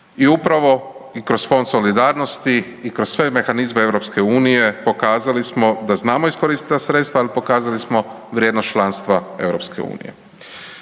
I upravo i kroz fond solidarnosti i kroz sve mehanizme EU pokazali smo da znamo iskoristiti ta sredstva, ali pokazali smo vrijednost članstva EU. Pored